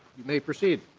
you may proceed.